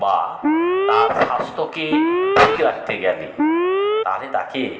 বা তার স্বাস্থ্যকে ঠিক রাখতে গেলে তাহলে তাকে